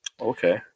okay